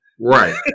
Right